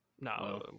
No